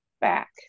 back